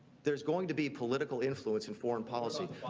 there's going to be political influence in foreign policy.